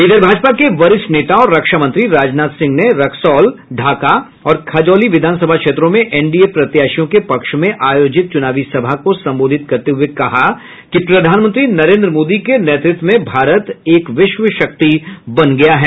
इधर भाजपा के वरिष्ठ नेता और रक्षा मंत्री राजनाथ सिंह ने रक्सौल ढाका और खजौली विधानसभा क्षेत्रों में एनडीए प्रत्याशियों के पक्ष में आयोजित चुनावी सभा को संबोधित करते हुए कहा कि प्रधानमंत्री नरेन्द्र मोदी के नेतृत्व में भारत एक विश्व शक्ति बन गया है